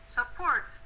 support